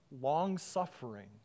long-suffering